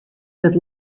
wurdt